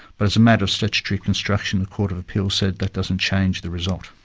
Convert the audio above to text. but as a matter of statutory construction the court of appeal said that doesn't change the result.